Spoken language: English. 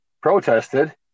protested